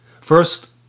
First